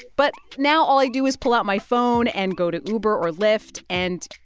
but now all i do is pull out my phone and go to uber or lyft and,